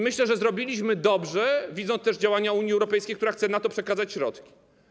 Myślę, że zrobiliśmy dobrze: widzę też działania Unii Europejskiej, która chce na to przekazać środki.